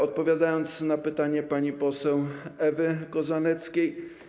Odpowiadam na pytanie pani poseł Ewy Kozaneckiej.